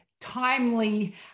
timely